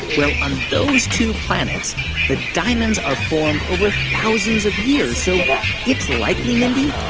well, on those two planets, the diamonds are formed over thousands of years, so it's likely, mindy,